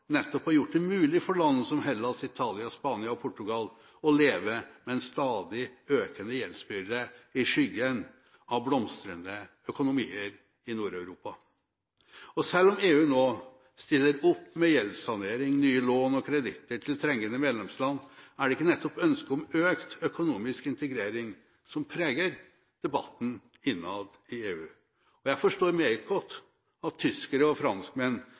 nettopp gjort det mulig for land som Hellas, Italia, Spania og Portugal å leve med en stadig økende gjeldsbyrde i skyggen av blomstrende økonomier i Nord-Europa. Selv om EU nå stiller opp med gjeldssanering, nye lån og kreditter til trengende medlemsland, er det ikke nettopp ønske om økt økonomisk integrering som preger debatten innad i EU. Jeg forstår meget godt at tyskere og franskmenn